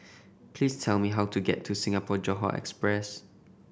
please tell me how to get to Singapore Johore Express